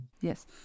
Yes